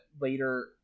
later